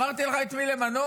אמרתי לך את מי למנות?